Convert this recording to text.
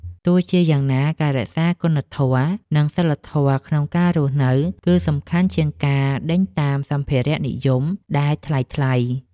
ទោះជាយ៉ាងណាការរក្សាគុណធម៌ និងសីលធម៌ក្នុងការរស់នៅ គឺសំខាន់ជាងការដេញតាមសម្ភារៈនិយមដែលថ្លៃៗ។